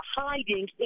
hiding